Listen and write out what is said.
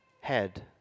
head